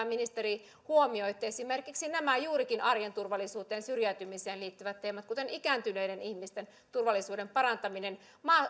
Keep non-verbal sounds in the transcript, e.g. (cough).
(unintelligible) ministeri huomioitte esimerkiksi nämä juurikin arjen turvallisuuteen syrjäytymiseen liittyvät teemat kuten ikääntyneiden ihmisten turvallisuuden parantamisen